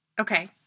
Okay